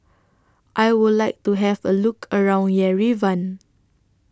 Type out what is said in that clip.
I Would like to Have A Look around Yerevan